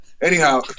Anyhow